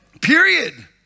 Period